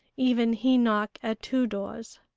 even he knock at two doors.